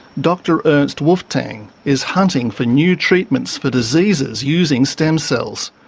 dr ernst wolvetang is hunting for new treatments for diseases, using stem cells.